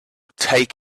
take